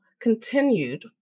continued